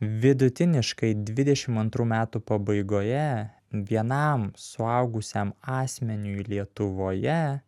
vidutiniškai dvidešim antrų metų pabaigoje vienam suaugusiam asmeniui lietuvoje